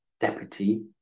deputy